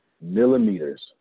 millimeters